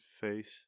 face